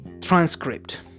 transcript